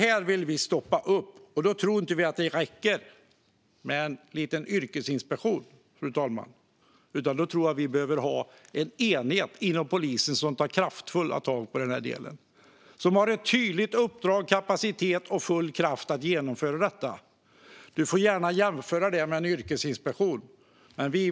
Detta vill vi stoppa. Då tror vi inte att det räcker med en liten yrkesinspektion, fru talman, utan att vi behöver ha en enhet inom polisen som tar kraftfulla tag i denna del och som har ett tydligt uppdrag, kapacitet och full kraft att genomföra detta. Du får gärna jämföra detta med en yrkesinspektion, Kadir Kasirga.